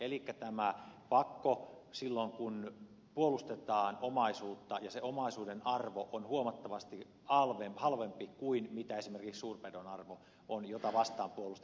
elikkä tämä pakko silloin kun puolustetaan omaisuuttaan ja se omaisuuden arvo on huomattavasti halvempi kuin mitä esimerkiksi sen suurpedon arvo on jota vastaan puolustetaan